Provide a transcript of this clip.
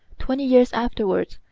twenty years afterwards,